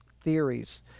theories